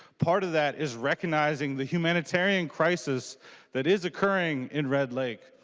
part of that is recognizing the humanitarian crisis that is occurring in red lake.